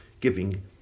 giving